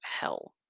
hell